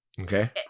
Okay